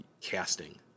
casting